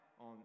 on